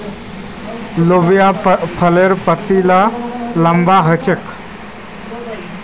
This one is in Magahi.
लोबियार फली पतली आर लम्बी ह छेक